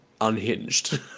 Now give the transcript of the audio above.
unhinged